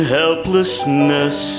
helplessness